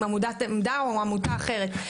עם עמותת עמדא או עמותה אחרת?